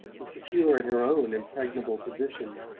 and, secure in her own impregnable position,